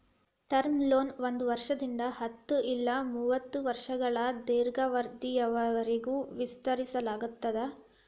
term loan ಒಂದ್ ವರ್ಷದಿಂದ ಹತ್ತ ಇಲ್ಲಾ ಮೂವತ್ತ ವರ್ಷಗಳ ದೇರ್ಘಾವಧಿಯವರಿಗಿ ವಿಸ್ತರಿಸಲಾಗ್ತದ